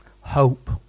Hope